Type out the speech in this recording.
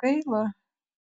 gaila